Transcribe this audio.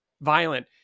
violent